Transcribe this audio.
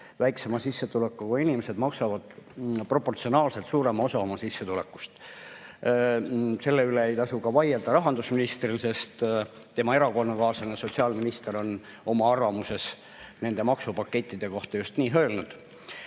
väiksema sissetulekuga inimesed maksavad proportsionaalselt suurema osa oma sissetulekust. Selle üle ei tasu vaielda ka rahandusministril, sest tema erakonnakaaslane, sotsiaal[kaitse]minister on oma arvamuses nende maksupakettide kohta just nii öelnud.